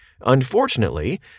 Unfortunately